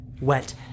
wet